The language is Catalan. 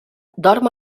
dorm